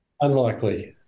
unlikely